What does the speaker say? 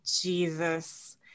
Jesus